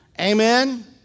Amen